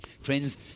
Friends